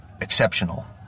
exceptional